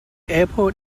airport